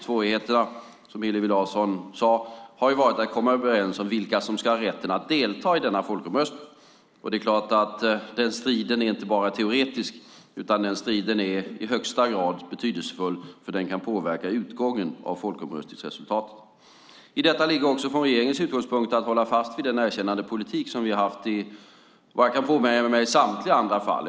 Svårigheterna, som Hillevi Larsson sade, har varit att komma överens om vilka som ska ha rätt att delta i denna folkomröstning. Den striden är inte bara teoretisk, utan den striden är i högsta grad betydelsefull eftersom den kan påverka utgången av folkomröstningsresultatet. I detta ligger också från regeringens utgångspunkt att hålla fast vid den erkännandepolitik som vi har haft i vad jag kan påminna mig samtliga andra fall.